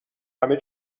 همه